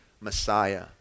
Messiah